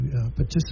participate